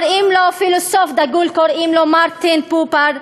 פילוסוף דגול שקוראים לו מרטין בובר,